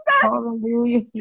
Hallelujah